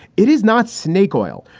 it is not snake oil.